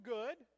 good